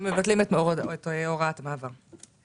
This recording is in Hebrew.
מבטלים את הוראת המעבר.